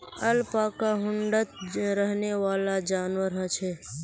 alpaca झुण्डत रहनेवाला जंवार ह छे